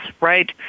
right